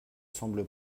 semble